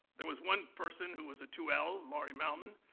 there was one person who was a two l, laurie malman,